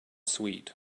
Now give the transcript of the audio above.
sweet